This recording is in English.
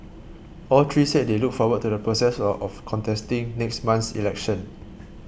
all three said they look forward to the process of of contesting next month's election